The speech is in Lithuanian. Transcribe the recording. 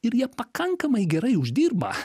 ir jie pakankamai gerai uždirba